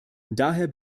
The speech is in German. daher